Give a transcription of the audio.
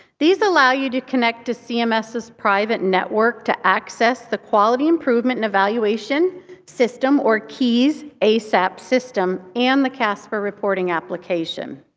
these allow you to connect to cms's private network to access the quality improvement and evaluation system, or qies asap system, and the casper reporting application.